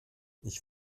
ich